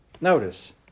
Notice